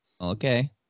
Okay